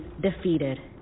defeated